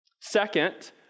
Second